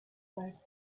five